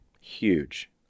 huge